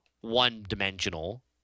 one-dimensional